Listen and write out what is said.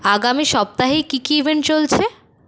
আগামী সপ্তাহেই কি কি ইভেন্ট চলছে